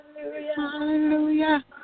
hallelujah